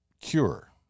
cure